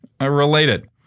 related